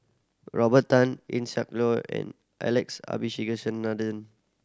Robert Tan Eng Siak Loy and Alex